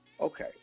okay